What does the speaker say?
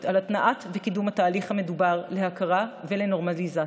על התנעת וקידום התהליך המדובר להכרה ולנורמליזציה.